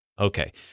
Okay